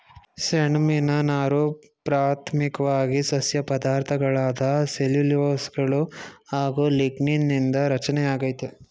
ಸೆಣ್ಬಿನ ನಾರು ಪ್ರಾಥಮಿಕ್ವಾಗಿ ಸಸ್ಯ ಪದಾರ್ಥಗಳಾದ ಸೆಲ್ಯುಲೋಸ್ಗಳು ಹಾಗು ಲಿಗ್ನೀನ್ ನಿಂದ ರಚನೆಯಾಗೈತೆ